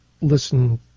listen